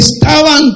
estaban